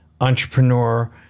entrepreneur